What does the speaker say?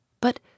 But